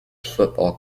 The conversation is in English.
football